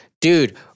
Dude